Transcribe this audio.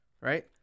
right